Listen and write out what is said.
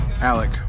Alec